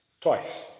Twice